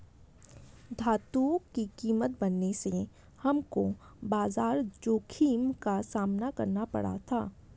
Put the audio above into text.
धातुओं की कीमत बढ़ने से हमको बाजार जोखिम का सामना करना पड़ा था